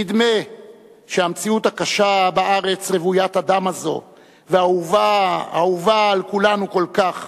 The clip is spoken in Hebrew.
נדמה שהמציאות הקשה בארץ רוויית הדם הזו והאהובה על כולנו כל כך